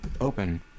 Open